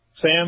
Sam